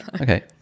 Okay